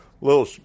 little